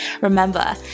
Remember